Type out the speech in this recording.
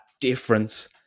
difference